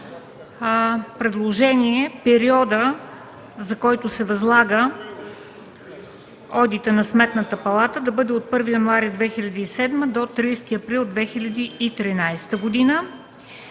предложения периодът, за който се възлага одитът на Сметната палата, да бъде от 1 януари 2007 г. до 30 април 2013 г.,